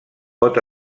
pot